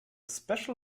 special